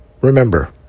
Remember